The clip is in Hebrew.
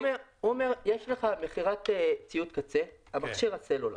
הוא אומר: יש לך מכירת ציוד קצה, מכשיר הסלולר.